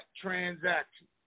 transaction